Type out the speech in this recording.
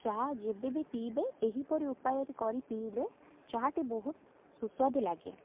ଚା' ଯେବେ ବି ପିଇବେ ଏହିପରି ଉପାୟରେ କରି ପିଇଲେ ଚା' ଟି ବହୁତ ସୁସ୍ୱାଦୁ ଲାଗେ